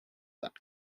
that